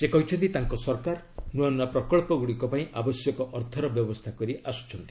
ସେ କହିଛନ୍ତି ତାଙ୍କ ସରକାର ନୂଆ ପ୍ରକଳ୍ପଗୁଡ଼ିକ ପାଇଁ ଆବଶ୍ୟକ ଅର୍ଥର ବ୍ୟବସ୍ଥା କରିଆସୁଛନ୍ତି